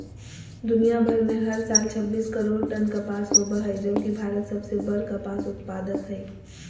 दुनियां भर में हर साल छब्बीस करोड़ टन कपास होव हई जबकि भारत सबसे बड़ कपास उत्पादक हई